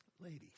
Ladies